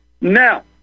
Now